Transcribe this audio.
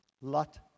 Lot